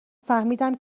فهمیدم